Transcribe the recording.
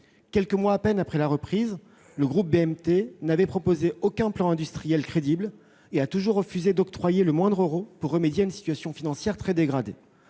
Quelques mois à peine après la reprise, le groupe BMT n'avait proposé aucun plan industriel crédible et a toujours refusé d'octroyer le moindre euro pour remédier à une situation financière très dégradée.